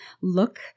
look